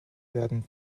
werden